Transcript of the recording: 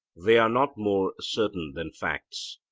they are not more certain than facts,